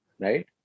Right